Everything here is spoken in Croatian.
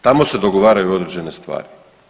Tamo se dogovaraju određene stvari.